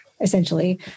essentially